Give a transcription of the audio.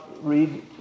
read